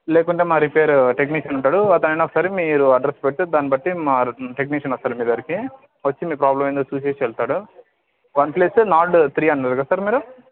లేకుంటే మా repair technician ఉంటాడు అతన్ని ఒకసారి మీరు అడ్రస్ పెడితే దాన్ని బట్టి మా టెక్నీషియన్ వస్తాడు మీదగ్గిరకి వచ్చి మీ ప్రాబ్లెమ్ ఎందో చూసి వెళ్తాడు వన్ప్లస్ నార్డ్ త్రీ హండ్రెడ్ కదా సార్ మీరు